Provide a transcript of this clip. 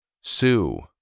Sue